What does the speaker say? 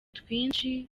twinshi